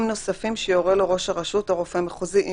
נוספים שיורה לו ראש השירות או רופא מחוזי,